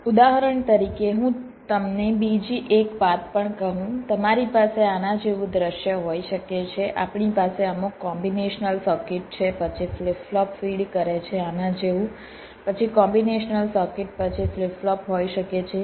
ઉદાહરણ તરીકે હું તમને બીજી એક વાત પણ કહું તમારી પાસે આના જેવું દૃશ્ય હોઈ શકે છે આપણી પાસે અમુક કોમ્બિનેશનલ સર્કિટ છે પછી ફ્લિપ ફ્લોપ ફીડ કરે છે આના જેવું પછી કોમ્બિનેશનલ સર્કિટ પછી ફ્લિપ ફ્લોપ હોઈ શકે છે